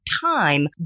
Time